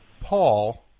Paul